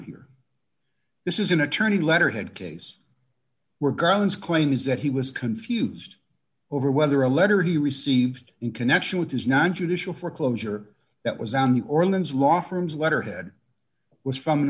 here this is an attorney letterhead case were groans claims that he was confused over whether a letter he received in connection with his non judicial foreclosure that was our new orleans law firm's letterhead was from an